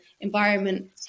environment